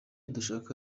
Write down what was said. dushaka